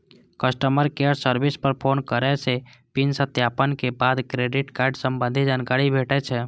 customer care service पर phone करै सं पिन सत्यापन के बाद क्रेडिट कार्ड संबंधी जानकारी भेटै छै